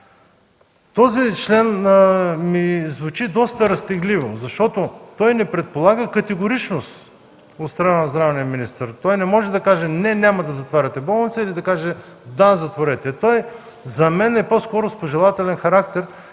Този член ми звучи доста разтегливо, защото той не предполага категоричност от страна на здравния министър, той не може да каже: „Не, няма да затваряте болницата!” или „Да, затворете я.” Този текст според мен е по-скоро с пожелателен характер